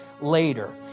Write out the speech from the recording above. later